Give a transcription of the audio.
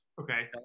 Okay